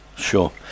Sure